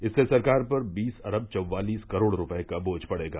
इससे सरकार पर बीस अरब चौवालिस करोड़ रूपये का बोझ पड़ेगा